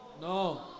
No